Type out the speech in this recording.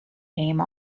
name